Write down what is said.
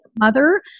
mother